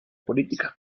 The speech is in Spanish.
políticas